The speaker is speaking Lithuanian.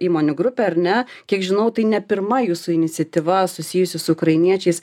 įmonių grupė ar ne kiek žinau tai ne pirma jūsų iniciatyva susijusi su ukrainiečiais